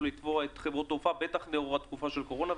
לתבוע את חברות התעופה בטח לאור התקופה של הקורונה.